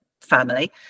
family